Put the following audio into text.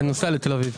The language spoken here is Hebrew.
אני נוסע לתל אביב.